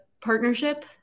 partnership